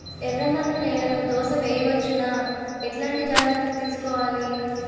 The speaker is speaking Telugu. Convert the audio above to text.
ఎర్రమన్ను నేలలో దోస వేయవచ్చునా? ఎట్లాంటి జాగ్రత్త లు తీసుకోవాలి?